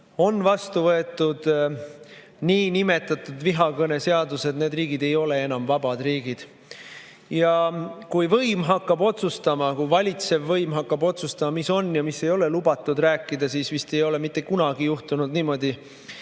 on vastu võetud niinimetatud vihakõne seadus, ei ole enam vabad riigid. Kui võim hakkab otsustama, kui valitsev võim hakkab otsustama, mida on ja mida ei ole lubatud rääkida, siis vist ei ole mitte kunagi juhtunud niimoodi,